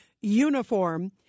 uniform